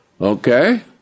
Okay